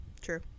true